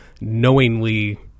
knowingly